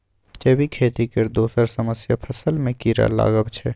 जैबिक खेती केर दोसर समस्या फसल मे कीरा लागब छै